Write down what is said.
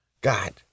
God